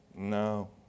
No